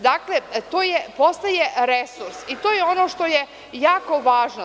Dakle, to postaje resurs i to je ono što je jako važno.